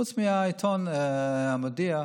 חוץ מעיתון המודיע,